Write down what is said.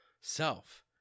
self